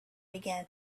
began